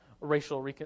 racial